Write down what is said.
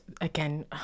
again